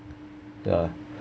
ya